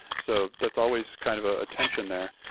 so that's always kind of ah a tension there.